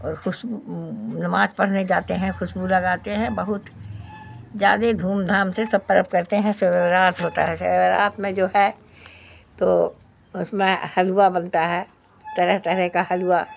اور خوشبو نماز پڑھنے جاتے ہیں خوشبو لگاتے ہیں بہت زیادہ دھوم دھام سے سب پرب کرتے ہیں رات ہوتا ہے شب برات میں جو ہے تو اس میں حلوہ بنتا ہے طرح طرح کا حلوہ